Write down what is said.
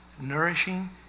nourishing